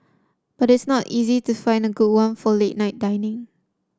but it's not easy to find a good one for late night dining